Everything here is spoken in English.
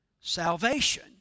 salvation